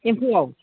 एम्फौआव